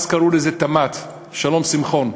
אז קראו לזה תמ"ת, שלום שמחון,